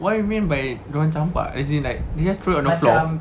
what you mean by dorang campak as in like they just throw on the floor